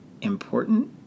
important